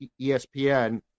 ESPN